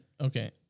okay